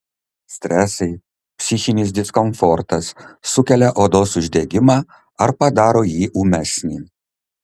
stresai psichinis diskomfortas sukelia odos uždegimą ar padaro jį ūmesnį